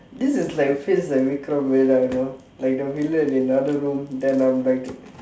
this is like feels like Vikram Vedha you know like the villain in another room then I'm like